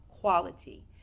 quality